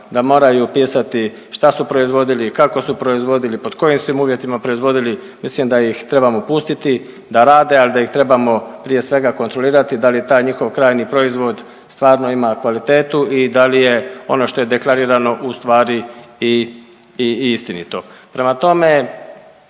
da moraju pisati šta su proizvodili, kako su proizvodili, pod kojim su uvjetima proizvodili, mislim da ih trebamo pustiti da rade, al da ih trebamo prije svega kontrolirati da li taj njihov krajnji proizvod stvarno ima kvalitetu i da li je ono šta je deklarirano ustvari i, i istinito.